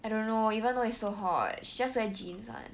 I don't know even though it's so hot she just wear jeans [one]